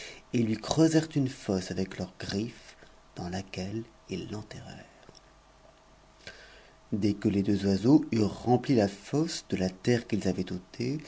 et lui creusèrent une fosse avec leurs griffes dans laquelle ils l'enterrèrent des que les deux oiseaux eurent rempli la fosse de la terre qu'ils avaient ôtée